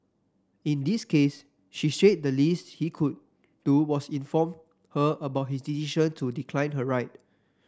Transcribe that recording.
in this case she said the least he could do was inform her about his decision to decline her ride